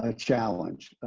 ah challenge.